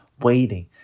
waiting